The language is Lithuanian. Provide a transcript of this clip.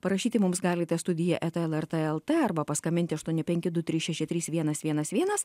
parašyti mums galite studija eta lrt lt arba paskambinti aštuoni penki du trys šeši trys vienas vienas vienas